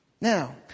Now